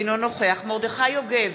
אינו נוכח מרדכי יוגב,